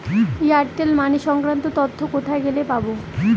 Airtel money সংক্রান্ত তথ্য কোথায় গেলে পাব?